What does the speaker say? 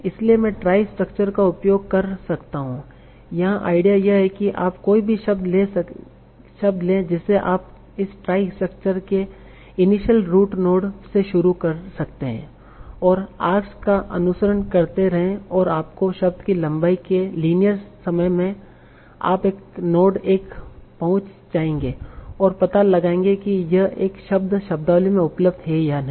इसलिए मैं trie structure का उपयोग कर सकता हूं यहाँ आईडिया यह है की आप कोई भी शब्द लें जिसे आप इस ट्राई स्ट्रक्चर के इनिशियल रूट नोड से शुरू कर सकते हैं तथा आर्क्स का अनुसरण करते रहें और आपके शब्द की लंबाई के लीनियर समय में आप एक नोड तक पहुंच जाएंगे और पता लगा पाएंगे कि यह शब्द शब्दावली में उपलब्ध है या नहीं